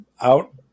out